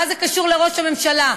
מה זה קשור לראש הממשלה?